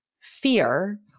fear